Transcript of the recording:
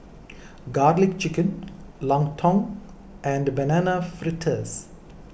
Garlic Chicken Lontong and Banana Fritters